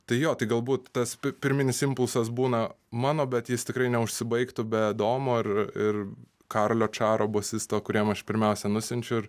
tai jo tai galbūt tas pirminis impulsas būna mano bet jis tikrai neužsibaigtų be domo ir ir karolio čaro bosisto kuriam aš pirmiausia nusiunčiu ir